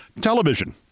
television